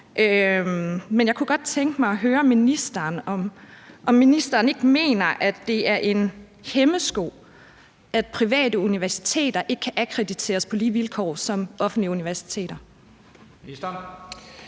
Men jeg kunne godt tænke mig at høre ministeren, om ministeren ikke mener, at det er en hæmsko, at private universiteter ikke kan akkrediteres på lige vilkår med offentlige universiteter. Kl.